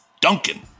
Duncan